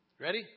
Ready